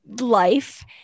life